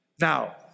now